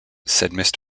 said